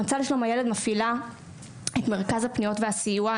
המועצה לשלום הילד מפעילה את מרכז הפניות והסיוע,